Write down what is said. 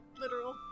literal